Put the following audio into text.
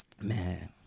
Man